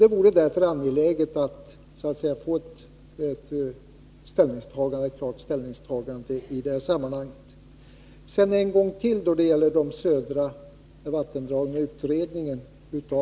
Det vore därför angeläget att få ett klart ställningstagande i detta sammanhang. Sedan får jag en gång till beröra utredningen av de södra vattendragen.